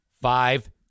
Five